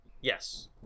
Yes